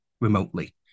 remotely